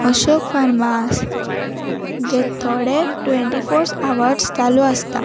अशोक फार्मास जे थोडे ट्वेंटी फोर आवर्स चालू आसता